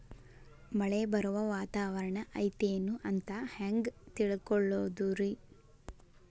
ಮಳೆ ಬರುವ ವಾತಾವರಣ ಐತೇನು ಅಂತ ಹೆಂಗ್ ತಿಳುಕೊಳ್ಳೋದು ರಿ?